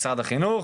משרד החינוך,